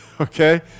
okay